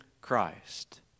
Christ